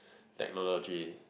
technology